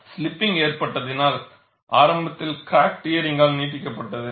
slipping ஏற்பட்டதினால் ஆரம்பத்தில் crack டியரிங்கால் நீட்டிக்கப்பட்டது